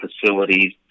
facilities